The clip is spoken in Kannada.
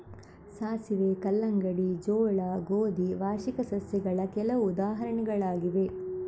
ಸಾಸಿವೆ, ಕಲ್ಲಂಗಡಿ, ಜೋಳ, ಗೋಧಿ ವಾರ್ಷಿಕ ಸಸ್ಯಗಳ ಕೆಲವು ಉದಾಹರಣೆಗಳಾಗಿವೆ